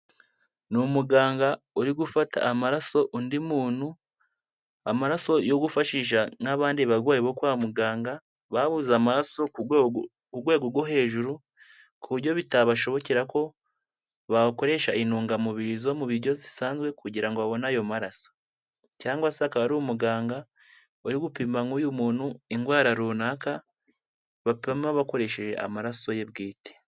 Ni umuganga uri gufata amaraso undi muntu, amaraso yo gufashisha n'abandi barwayi bo kwa muganga, babuze amaraso ku urwego rwo hejuru, k'uburyo bitabashobokera ko bakoresha intungamubiri zo mu biryo zisanzwe kugira babone ayo maraso. Cyangwa se akaba ari umuganga uri gupima nk'uyu muntu indwara runaka, bapima bakoresheje amaraso ye bwite.